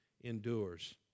endures